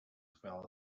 fell